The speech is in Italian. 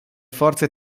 forze